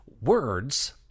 words